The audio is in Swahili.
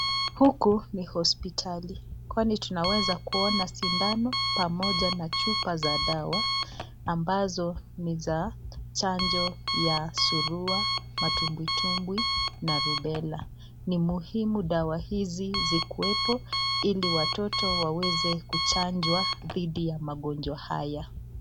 Huku ni hospitali kwani tunaweza kuona sindano pamoja na chupa za dawa, ambazo ni za chanjo ya surua matumbwitumbwi na rubella ni muhimu dawa hizi zikuwepo Ili watoto waweze kuchanjwa dhidi ya magonjwa haya.